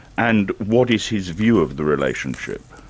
and what is his view of the relationship?